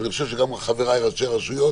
אני חושב שגם חבריי ראשי הרשויות